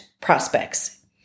prospects